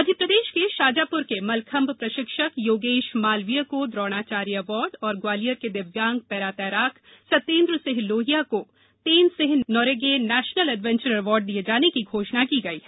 मध्यप्रदेष के शाजापूर के मलखंभ प्रषिक्षक योगेष मालवीय को द्रोणाचार्य अवार्ड और ग्वालियर के दिव्यांग पैरा तैराक सत्येन्द्र सिंह लोहिया को Tenzing Norgay national adventure award दिये जाने की घोषणा की गई है